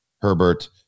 Herbert